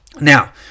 now